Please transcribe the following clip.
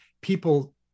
people